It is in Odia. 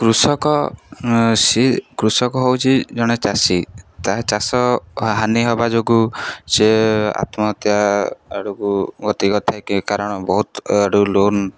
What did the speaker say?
କୃଷକ ସ କୃଷକ ହେଉଛି ଜଣେ ଚାଷୀ ତାହା ଚାଷ ହାନି ହେବା ଯୋଗୁଁ ସେ ଆତ୍ମହତ୍ୟା ଆଡ଼କୁ ଗତି କରିଥାଏ କି କାରଣ ବହୁତ ଆଡ଼ୁ ଲୋନ୍